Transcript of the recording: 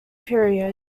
period